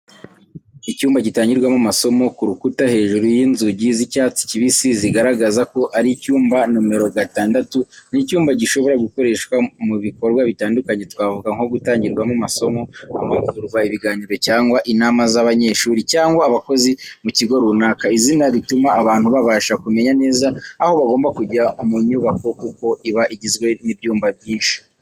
Icyumba gitangirwamo amasomo, ku rukuta hejuru y’inzugi z’icyatsi kibisi zigaragaza ko ari icyumba nomero gatandatu. Ni icyumba gishobora gukoreshwa mu bikorwa bitandukanye, twavuga nko gutangirwamo amasomo, amahugurwa, ibiganiro cyangwa inama z’abanyeshuri cyangwa abakozi mu kigo runaka. Izina rituma abantu babasha kumenya neza aho bagomba kujya mu nyubako kuko iba igizwe n’ibyumba byinshi.